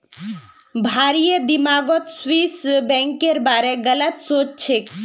भारिर दिमागत स्विस बैंकेर बारे गलत सोच छेक